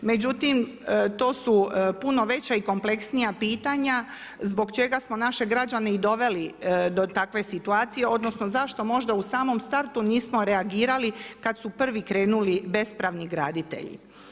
Međutim, to su puno veća i kompleksnija pitanja zbog čega smo naše građane i doveli do takve situacije, odnosno zašto možda u samom startu nismo reagirali kad su prvi krenuli bespravni graditelji.